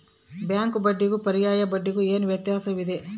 Bank ಬಡ್ಡಿಗೂ ಪರ್ಯಾಯ ಬಡ್ಡಿಗೆ ಏನು ವ್ಯತ್ಯಾಸವಿದೆ?